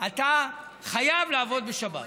אתה חייב לעבוד בשבת.